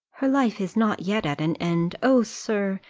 her life is not yet at an end oh, sir,